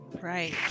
right